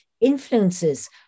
influences